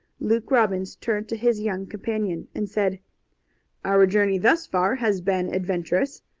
luke robbins turned to his young companion and said our journey thus far has been adventurous.